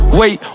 wait